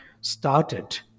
started